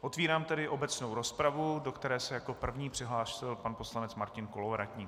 Otevírám tedy obecnou rozpravu, do které se jako první přihlásil pan poslanec Martin Kolovratník.